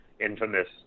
infamous